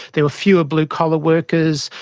there were fewer blue-collar workers,